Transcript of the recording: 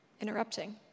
Interrupting